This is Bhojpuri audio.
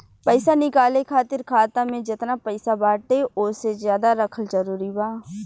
पईसा निकाले खातिर खाता मे जेतना पईसा बाटे ओसे ज्यादा रखल जरूरी बा?